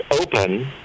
open